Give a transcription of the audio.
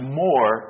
more